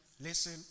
Listen